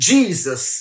Jesus